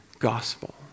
gospel